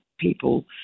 people